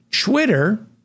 Twitter